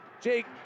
Jake